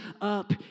up